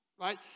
right